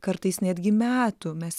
kartais netgi metų mes